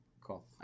Cool